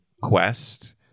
quest